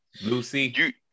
Lucy